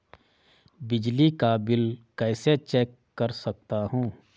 बिजली का बिल कैसे चेक कर सकता हूँ?